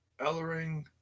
Ellering